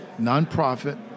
nonprofit